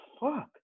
fuck